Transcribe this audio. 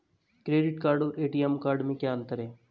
Credit card और ATM card में क्या अंतर है?